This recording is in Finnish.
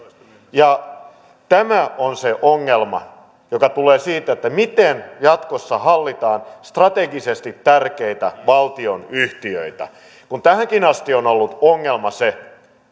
tämä on se ongelma joka tulee siitä miten jatkossa hallitaan strategisesti tärkeitä valtionyhtiöitä kun tähänkin asti on ollut ongelma se